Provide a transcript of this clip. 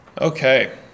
Okay